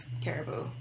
caribou